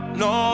no